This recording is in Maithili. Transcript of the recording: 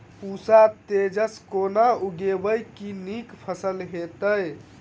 पूसा तेजस केना उगैबे की नीक फसल हेतइ?